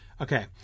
okay